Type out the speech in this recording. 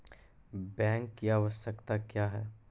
Bank की आवश्यकता क्या हैं?